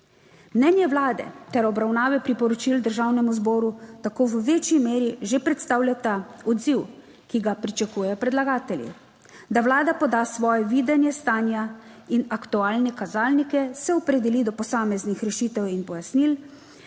Mnenje Vlade ter obravnave priporočil Državnemu zboru tako v večji meri že predstavljata odziv, ki ga pričakujejo predlagatelji, da Vlada poda svoje videnje stanja in aktualne kazalnike, se opredeli do posameznih rešitev in pojasnil,